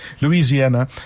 Louisiana